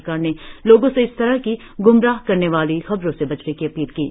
सरकार ने लोगों से इस तरह की गुमराह करने वाली खबरों से बचने की अपील की है